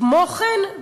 כמו כן,